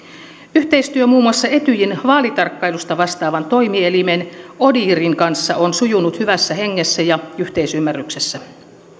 yhteistyö muun muassa etyjin vaalitarkkailusta vastaavan toimielimen odihrin kanssa on sujunut hyvässä hengessä ja yhteisymmärryksessä